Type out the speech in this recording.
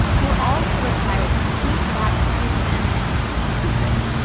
you were also required to keep that assistance a secret.